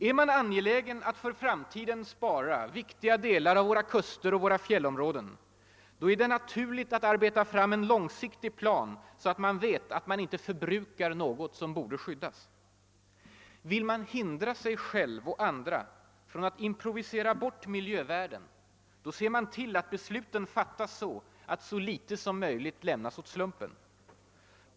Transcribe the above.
Är man angelägen att för framtiden spara viktiga delar av våra kuster och våra fjällområden, är det naturligt att arbeta fram en långsiktig plan så att man vet att man inte förbrukar något som borde skyddas. Vill man hindra sig själv och andra från att improvisera bort miljövärden, ser man till att besluten fattas så att så litet som möjligt lämnas åt slumpen.